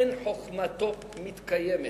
אין חוכמתו מתקיימת,